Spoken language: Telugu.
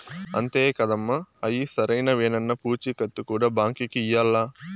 అంతే కాదమ్మ, అయ్యి సరైనవేనన్న పూచీకత్తు కూడా బాంకీకి ఇయ్యాల్ల